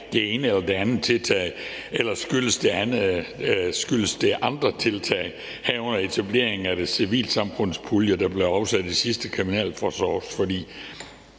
det ene eller det andet tiltag, eller skyldes det andre tiltag, herunder etableringen af den civilsamfundspulje, der blev afsat i sidste kriminalforsorgsforlig?